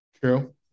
True